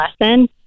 lesson